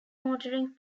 motoring